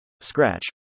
Scratch